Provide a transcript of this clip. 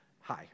hi